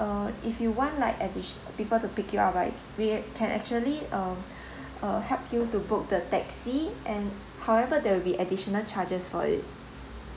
uh if you want like addit~ people to pick you up right we can actually um uh help you to book the taxi and however there will be additional charges for it